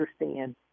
understand